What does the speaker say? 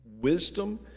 wisdom